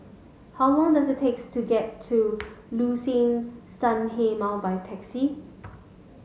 how long does it takes to get to Liuxun Sanhemiao by taxi